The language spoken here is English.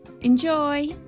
Enjoy